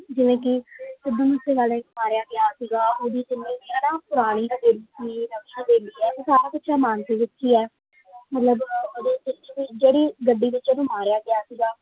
ਜਿਵੇਂ ਕਿ ਸਿੱਧੂ ਮੂਸੇ ਵਾਲੇ ਨੂੰ ਮਾਰਿਆ ਗਿਆ ਸੀਗਾ ਉਹਦੀ ਹੈ ਨਾ ਪੁਰਾਣੀ ਹਵੇਲੀ ਸੀ ਨਵੀਂ ਹਵੇਲੀ ਹੈ ਉਹ ਸਾਰਾ ਕੁਛ ਮਾਨਸੇ ਵਿੱਚ ਹੀ ਹੈ ਮਤਲਬ ਉਹਦੇ ਵਿੱਚ ਵੀ ਜਿਹੜੀ ਗੱਡੀ ਵਿੱਚ ਉਹਨੂੰ ਮਾਰਿਆ ਗਿਆ ਸੀਗਾ